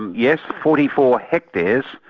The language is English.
yes, forty four hectares,